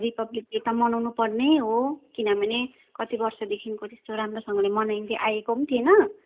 Republic day त मनाउनु पर्ने हो किनभने कति वर्षदेखिको त्यस्तो राम्रोसँगले मनाई भन्दै आएको पनि थियौँ